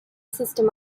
system